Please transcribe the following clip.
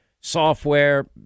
software